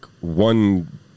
one